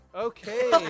Okay